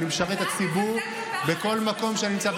ואני משרת את הציבור בכל מקום שאני נמצא.